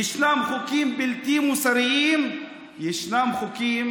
ישנם חוקים בלתי מוסריים, ישנם חוקים